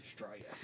Australia